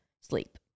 sleep